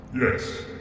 Yes